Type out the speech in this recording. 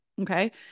Okay